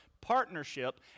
partnership